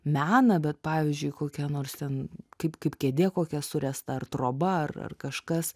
meną bet pavyzdžiui kokia nors ten kaip kaip kėdė kokia suręsta ar troba ar ar kažkas